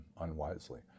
unwisely